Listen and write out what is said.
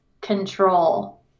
control